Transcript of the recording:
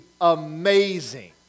amazing